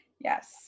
Yes